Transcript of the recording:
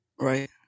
Right